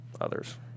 others